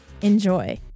Enjoy